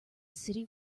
city